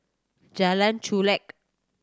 Jalan Chulek